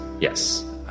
Yes